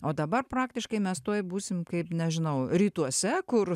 o dabar praktiškai mes tuoj būsim kaip nežinau rytuose kur